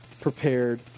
prepared